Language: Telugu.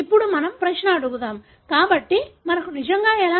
ఇప్పుడు మనం ప్రశ్న అడుగుదాం కాబట్టి మనకు నిజంగా ఎలా తెలుసు